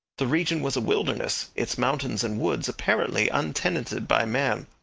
the region was a wilderness, its mountains and woods apparently untenanted by man.